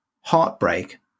heartbreak